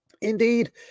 Indeed